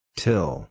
till